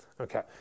Okay